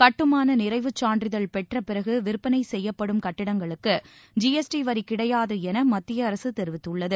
கட்டுமானநிறைவுச் சான்றிதழ் பெற்றபிறகுவிற்பனைசெய்யப்படும் கட்டடங்களுக்கு ஜிஎஸ்டி வரிகிடையாதுஎனமத்தியஅரசுதெரிவித்துள்ளது